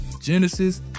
Genesis